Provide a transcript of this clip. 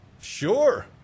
Sure